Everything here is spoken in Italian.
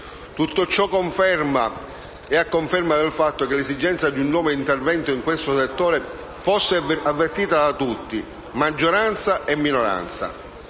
Tutto ciò è a conferma del fatto che l'esigenza di un nuovo intervento in questo settore fosse avvertito da tutti, maggioranza e minoranza.